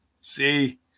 See